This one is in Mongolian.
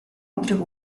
өдрийг